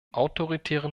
autoritären